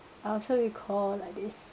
I also recall like this